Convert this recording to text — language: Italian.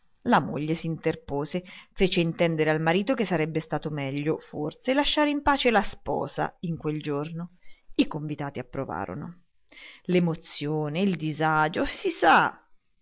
la moglie s'interpose fece intendere al marito che sarebbe stato meglio forse lasciare in pace la sposa per quel giorno i convitati approvarono l'emozione il disagio si sa